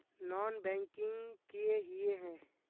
Non banking किए हिये है?